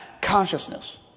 consciousness